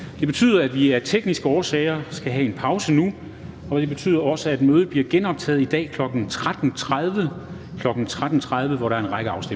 Det betyder, at vi af tekniske årsager skal have en pause nu, og det betyder også, at der starter et nyt møde i dag kl. 13.30, hvor der er en række afstemninger.